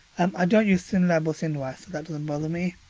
um i don't use syndlab or syndwire so that doesn't bother me.